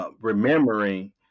remembering